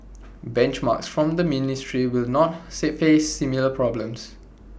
benchmarks from the ministry will not face similar problems